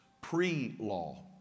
pre-law